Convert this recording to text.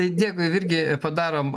dėkui virgi padarom